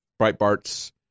Breitbart's